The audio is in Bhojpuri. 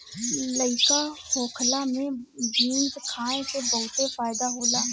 लइका होखला में बीन्स खाए से बहुते फायदा होला